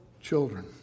children